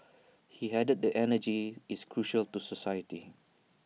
he added that energy is crucial to society